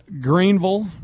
Greenville